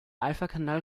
alphakanal